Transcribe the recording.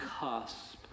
cusp